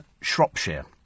Shropshire